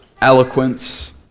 eloquence